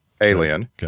Alien